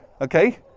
okay